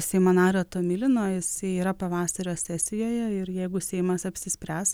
seimo nario tomilino jis yra pavasario sesijoje ir jeigu seimas apsispręs